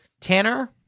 Tanner